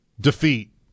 defeat